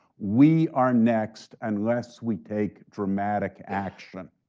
we are next unless we take dramatic action.